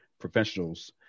professionals